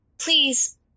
Please